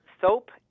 Soap